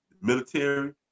Military